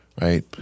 right